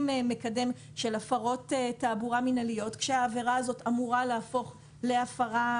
מקדם של הפרות תעבורה מינהליות כאשר העבירה הזאת אמורה להפוך להפרה